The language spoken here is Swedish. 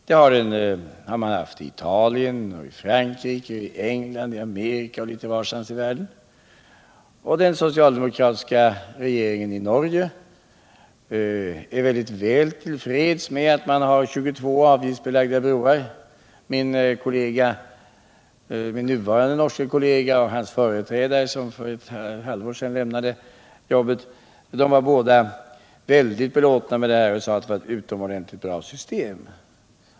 Det har man gjort i Italien, Frankrike, England, Amerika och litet varstans i världen. Den socialdemokratiska regeringen i Norge är mycket väl till freds med att man har 22 avgiftsbelagda broar. Min nuvarande norske kollega och hans företrädare, som för ett halvår sedan lämnade jobbet, är båda belåtna och har sagt att det är ett utomordentligt bra system.